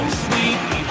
sweet